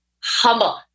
humble